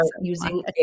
using